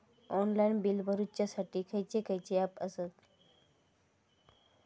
Online bill भरुच्यासाठी खयचे खयचे ऍप आसत?